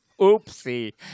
Oopsie